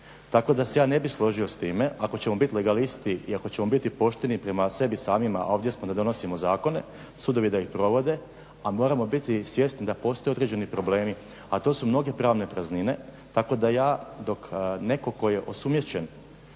Tako da se ja ne bih složio s time. Ako ćemo biti legalisti i ako ćemo biti pošteni prema sebi samima, a ovdje smo da donosimo zakone, sudovi da ih provode, a moramo biti svjesni da postoje određeni problemi, a to su mnoge pravne praznine, tako da ja dok netko tko je osumnjičen